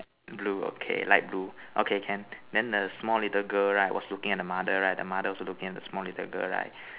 blue okay light blue okay can then the small little girl right was looking at the mother right the mother also looking at the small little girl right